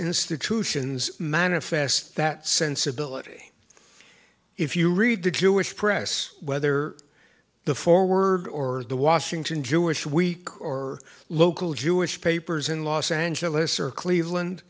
institutions manifest that sensibility if you read the jewish press whether the foreword or the washington jewish week or local jewish papers in los angeles or cleveland